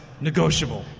negotiable